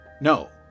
No